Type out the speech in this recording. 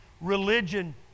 religion